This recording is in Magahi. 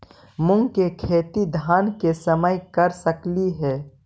मुंग के खेती धान के समय कर सकती हे?